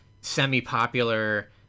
semi-popular